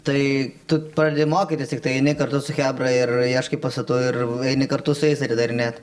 tai tu pradedi mokytis tiktai eini kartu su chebra ir ieškai pastatų ir eini kartu su jais atidarinėt